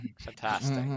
Fantastic